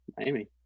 Amy